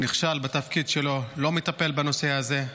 הוא נכשל בתפקיד שלו, לא מטפל בנושא הזה.